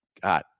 God